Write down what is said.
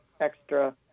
extra